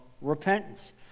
repentance